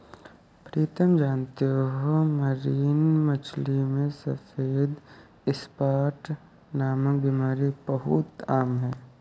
प्रीतम जानते हो मरीन मछली में सफेद स्पॉट नामक बीमारी बहुत आम है